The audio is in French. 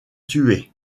tué